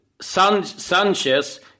Sanchez